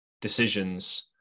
decisions